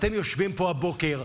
אתם יושבים פה הבוקר,